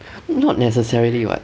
mm not necessarily [what]